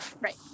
Right